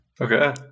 Okay